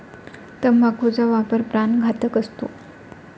तंबाखूचा वापर प्राणघातक असतो